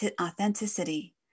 authenticity